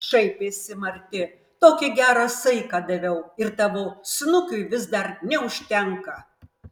šaipėsi marti tokį gerą saiką daviau ir tavo snukiui vis dar neužtenka